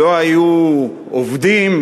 לא היו עובדים.